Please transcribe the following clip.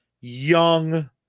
young